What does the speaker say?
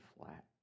flat